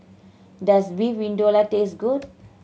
does Beef Vindaloo taste good